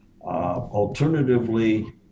Alternatively